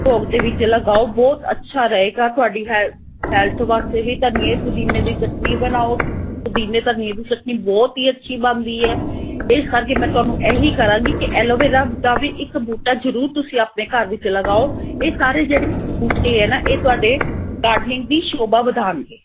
ਭੋਗ ਦੇ ਵਿੱਚ ਲਗਾਓ ਬਹੁਤ ਅੱਛਾ ਰਹੇਗਾ ਤੁਹਾਡੀ ਹੈਲ ਹੈਲਥ ਵਾਸਤੇ ਵੀ ਧਨੀਏ ਪੁਦੀਨੇ ਦੀ ਚਟਨੀ ਬਣਾਓ ਪੁਦੀਨੇ ਧਨੀਏ ਦੀ ਚਟਨੀ ਬਹੁਤ ਹੀ ਅੱਛੀ ਬਣਦੀ ਹੈ ਇਸ ਕਰਕੇ ਮੈਂ ਤੁਹਾਨੂੰ ਇਹੀ ਕਹਾਂਗੀ ਕਿ ਐਲੋਵੇਰਾ ਦਾ ਵੀ ਇੱਕ ਬੂਟਾ ਜਰੂਰ ਤੁਸੀਂ ਆਪਣੇ ਘਰ ਵਿੱਚ ਲਗਾਓ ਇਹ ਸਾਰੇ ਜਿਹੜੇ ਬੂਟੇ ਹੈ ਨਾ ਇਹ ਤੁਹਾਡੇ ਗਾਰਡਨਿੰਗ ਦੀ ਸ਼ੋਭਾ ਵਧਾਉਣਗੇ